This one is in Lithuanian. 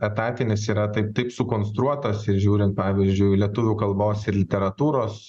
etatinis yra taip taip sukonstruotas ir žiūrint pavyzdžiui lietuvių kalbos ir literatūros